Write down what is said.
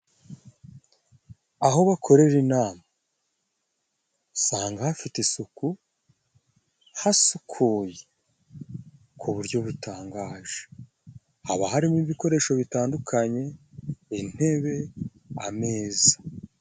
Aho bakorera inama, usanga hafite isuku, hasukuye ku buryo butangaje. Haba harimo ibikoresho bitandukanye : intebe, ameza.